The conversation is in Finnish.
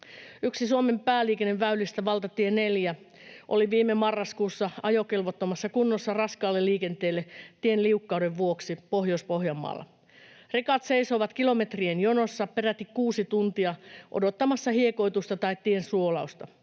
yksi Suomen pääliikenneväylistä, valtatie 4, oli viime marraskuussa ajokelvottomassa kunnossa raskaalle liikenteelle tien liukkauden vuoksi Pohjois-Pohjanmaalla. Rekat seisoivat kilometrien jonossa peräti kuusi tuntia odottamassa hiekoitusta tai tien suolausta.